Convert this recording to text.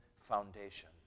foundation